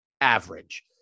average